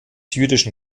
jüdischen